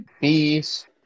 Peace